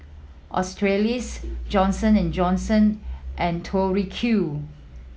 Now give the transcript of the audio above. Australis Johnson and Johnson and Tori Q